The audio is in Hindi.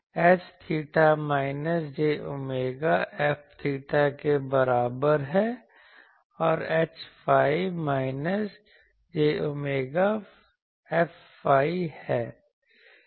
H𝚹 minus j omega F𝚹 के बराबर है और Hϕ minus j omega Fϕ है